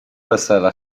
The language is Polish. wesela